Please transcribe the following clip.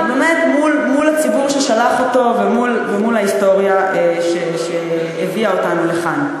באמת מול הציבור ששלח אותו ומול ההיסטוריה שהביאה אותנו לכאן.